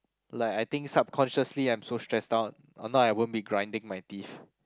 like I think subconsciously I'm so stressed out or not I won't be grinding my teeth